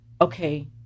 okay